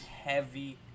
heavy